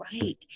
right